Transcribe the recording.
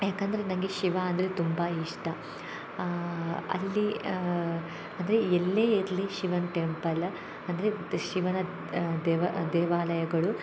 ಯಾಕಂದರೆ ನನಗೆ ಶಿವ ಅಂದರೆ ತುಂಬಾ ಇಷ್ಟ ಅಲ್ಲಿ ಅಂದರೆ ಎಲ್ಲೇ ಇರಲಿ ಶಿವನ ಟೆಂಪಲ್ ಅಂದರೆ ಶಿವನ ದೇವ ದೇವಾಲಯಗಳು